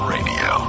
Radio